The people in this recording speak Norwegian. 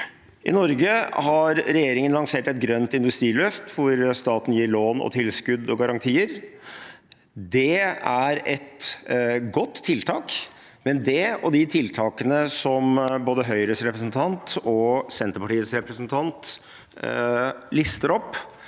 I Norge har regjeringen lansert et grønt industriløft hvor staten gir lån, tilskudd og garantier. Det er et godt tiltak, men det – og de tiltakene som både Høyres representant og Senterpartiets representant lister opp